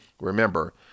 remember